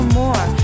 more